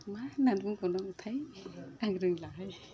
मा होननानै बुंबावनांगौथाय आं रोंलाहाय